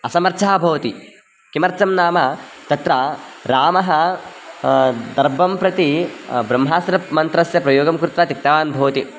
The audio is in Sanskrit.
असमर्थः भवति किमर्थं नाम तत्र रामः दर्भं प्रति ब्रह्मास्त्रमन्त्रस्य प्रयोगं कृत्वा त्यक्तवान् भवति